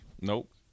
Nope